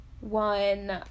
one